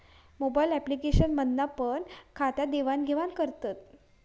mobile application मधना पण खात्यात देवाण घेवान करतत